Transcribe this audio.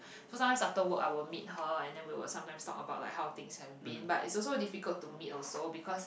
cause sometimes after work I will meet her and then we will sometimes talk about like how things have been but it's also difficult to meet also because